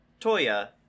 Toya